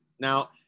Now